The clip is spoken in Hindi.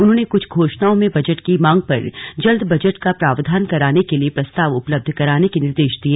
उन्होंने क्छ घोषणाओं में बजट की मांग पर जल्द बजट का प्रावधान कराने के लिए प्रस्ताव उपलब्ध कराने के निर्देश दिए